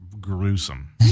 gruesome